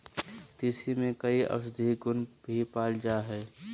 तीसी में कई औषधीय गुण भी पाल जाय हइ